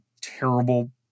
terrible